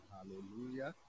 Hallelujah